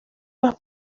más